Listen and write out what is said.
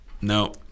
no